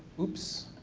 oops,